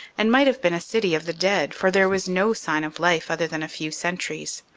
and might have been a city of the dead, for there was no sign of life, other than a few sentries.